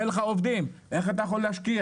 אם אין לך עובדים איך אתה יכול להשקיע?